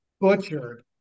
butchered